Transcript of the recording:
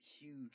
huge